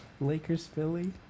Lakers-Philly